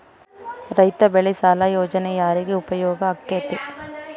ರೈತ ಬೆಳೆ ಸಾಲ ಯೋಜನೆ ಯಾರಿಗೆ ಉಪಯೋಗ ಆಕ್ಕೆತಿ?